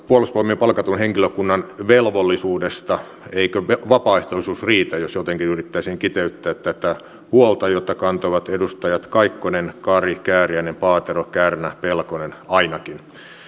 puolustusvoimien palkatun henkilökunnan velvollisuudesta eikö vapaaehtoisuus riitä jos jotenkin yrittäisin kiteyttää tätä huolta jota kantavat ainakin edustajat kaikkonen kari kääriäinen paatero kärnä pelkonen